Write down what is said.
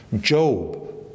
Job